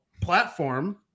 platform